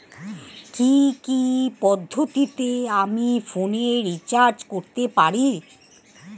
কি কি পদ্ধতিতে আমি ফোনে রিচার্জ করতে পারি?